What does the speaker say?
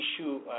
issue